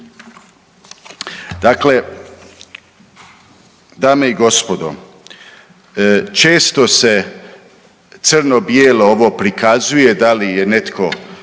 Dakle, dame i gospodo, često se crno bijelo ovo prikazuje, da li je netko